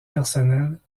personnelles